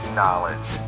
knowledge